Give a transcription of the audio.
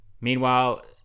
Meanwhile